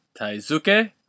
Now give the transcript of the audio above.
Taizuke